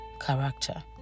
character